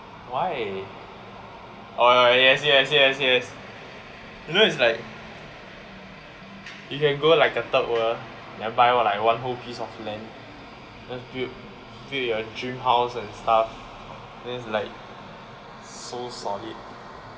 why oh ya yes yes yes yes you know it's like you can go like a third world then buy like one whole piece of land then build build your dream house and stuff then it's like so solid